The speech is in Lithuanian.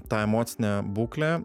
tą emocinę būklę